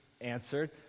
answered